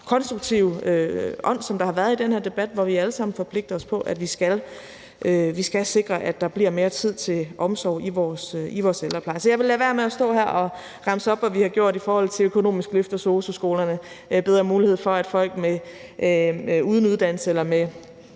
konstruktive ånd, der har været i den her debat, hvor vi alle sammen forpligter os på, at vi skal sikre, at der bliver mere tid til omsorg i vores ældrepleje. Så jeg vil lade være med at stå her og remse op, hvad vi har gjort i forhold til et økonomisk løft af sosu-skolerne og bedre mulighed for, at folk uden uddannelse eller med